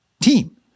team